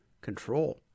control